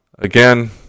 Again